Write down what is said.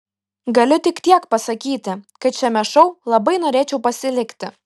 galiu tik tiek pasakyti kad šiame šou labai norėčiau pasilikti